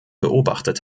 beobachtet